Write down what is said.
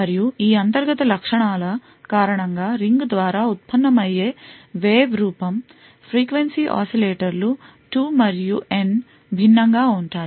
మరియు ఈ అంతర్గత లక్షణాల కారణంగా రింగ్ ద్వారా ఉత్పన్నమయ్యే వేవ్ రూపం ఫ్రీక్వెన్సీ oscillator లు 2 మరియు N భిన్నంగా ఉంటాయి